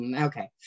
Okay